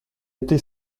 été